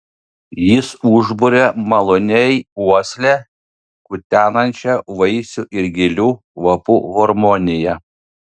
jis užburia maloniai uoslę kutenančią vaisių ir gėlių kvapų harmonija